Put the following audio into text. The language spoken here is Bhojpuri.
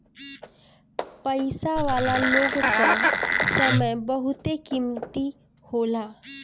पईसा वाला लोग कअ समय बहुते कीमती होला